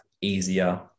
easier